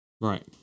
right